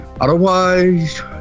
Otherwise